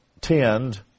tend